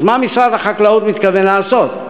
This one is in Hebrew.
אז מה משרד החקלאות מתכוון לעשות?